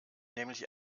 nämlich